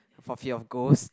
for fear of ghost